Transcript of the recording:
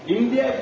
India